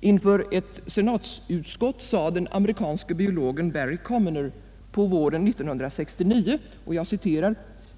Inför ett senatsutskott sade den amerikanske biologen Barry Commoner på våren 1969: